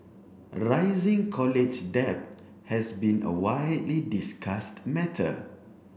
rising college debt has been a widely discussed matter